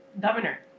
governor